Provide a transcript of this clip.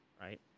right